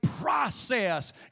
process